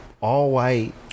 all-white